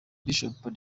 bishop